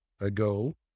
ago